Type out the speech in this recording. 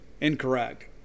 incorrect